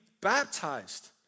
baptized